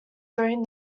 during